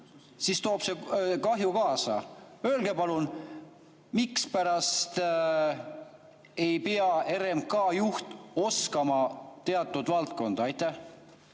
siis toob see kaasa kahju. Öelge palun, mispärast ei pea RMK juht oskama teatud valdkonda. Aitäh,